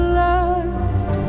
last